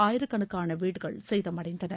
ஆயிரக்கணக்கான வீடுகள் சேதமடைந்தன